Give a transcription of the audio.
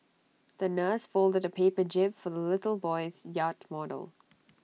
the nurse folded A paper jib for the little boy's yacht model